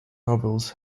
novels